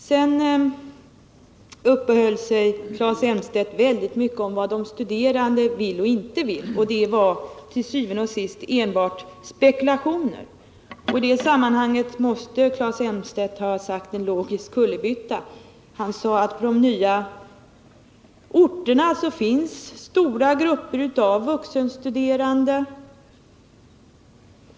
Vidare uppehöll sig Claes Elmstedt väldigt mycket vid vad de studerande vill och inte vill, men det var enbart spekulationer. I det sammanhanget måste Claes Elmstedt ha gjort en logisk kullerbytta. Han sade att det på de nya orterna finns stora grupper av vuxenstuderande.